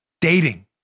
Dating